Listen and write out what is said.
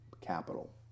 capital